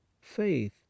faith